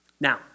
Now